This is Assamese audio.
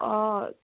অঁ